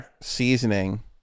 seasoning